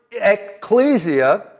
ecclesia